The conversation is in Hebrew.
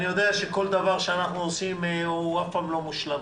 אני יודע שכל דבר שאנחנו עושים הוא אף פעם לא מושלם